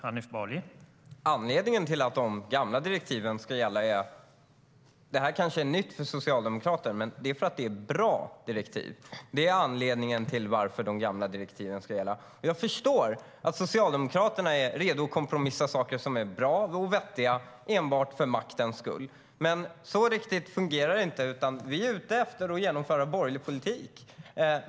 Herr talman! Det här kanske är nytt för Socialdemokraterna, men anledningen till att de gamla direktiven ska gälla är att det är bra direktiv. Jag förstår att Socialdemokraterna är redo att kompromissa enbart för maktens skull om saker som är bra och vettiga. Riktigt så fungerar det dock inte. Vi är ute efter att genomföra borgerlig politik.